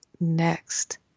next